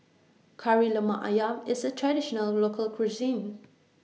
Kari Lemak Ayam IS A Traditional Local Cuisine